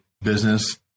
business